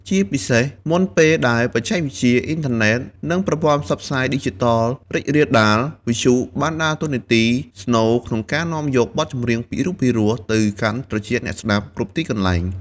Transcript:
ជាពិសេស មុនពេលដែលបច្ចេកវិទ្យា អ៊ីនធឺណិត និងប្រព័ន្ធផ្សព្វផ្សាយឌីជីថលរីករាលដាល វិទ្យុបានដើរតួនាទីស្នូលក្នុងការនាំយកបទចម្រៀងពីរោះៗទៅកាន់ត្រចៀកអ្នកស្ដាប់គ្រប់ទីកន្លែង។